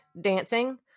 dancing